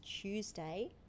Tuesday